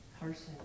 person